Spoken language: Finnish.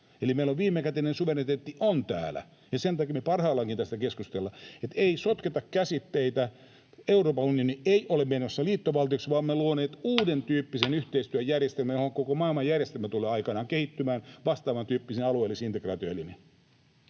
Eli viimekätinen suvereniteetti on täällä, ja sen takia me parhaillaankin tästä keskustellaan. Ei sotketa käsitteitä. Euroopan unioni ei ole menossa liittovaltioksi, vaan olemme luoneet uudentyyppisen yhteistyöjärjestelmän, johon koko maailmanjärjestelmä tulee aikanaan kehittymään, vastaavantyyppisiin alueellisiin integraatioelimiin.